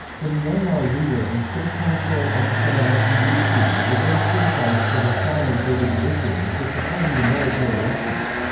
the myanmar leader and state counsellor aung san suu kyi was again criticized for her silence over the issue and for supporting the military actions.